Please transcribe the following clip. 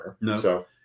No